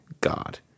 God